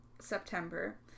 September